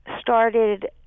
started